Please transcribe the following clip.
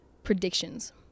predictions